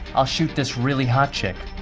i'll shoot this really hot chick.